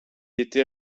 était